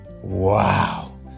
wow